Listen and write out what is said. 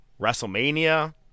WrestleMania